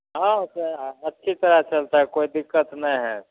हाँ सर अच्छी तरह चलता है कोई दिक़्क़त नहीं है